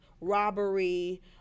robbery